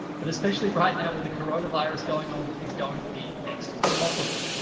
but especially right now with the coronavirus going on, is going to be next to impossible.